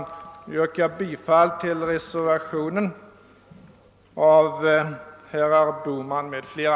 Jag yrkar bifall till reservationen 3 av herr Bohman m.fl.